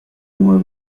more